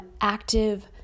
active